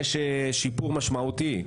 יש שיפור משמעותי.